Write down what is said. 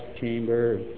chamber